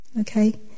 okay